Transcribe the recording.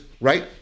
right